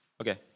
Okay